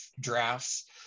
drafts